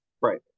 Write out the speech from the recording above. Right